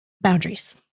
boundaries